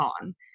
on